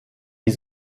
die